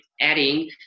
adding